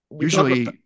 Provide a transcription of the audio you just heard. Usually